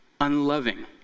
unloving